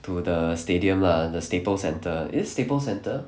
to the stadium lah the staples centre is it staples centre